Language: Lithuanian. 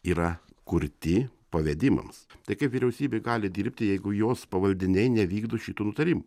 yra kurti pavedimams tai kaip vyriausybė gali dirbti jeigu jos pavaldiniai nevykdo šitų nutarimų